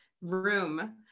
room